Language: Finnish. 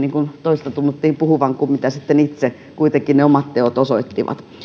toista tunnuttiin puhuvan kuin mitä sitten kuitenkin ne omat teot osoittivat